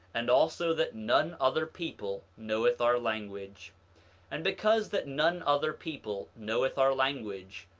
and also that none other people knoweth our language and because that none other people knoweth our language,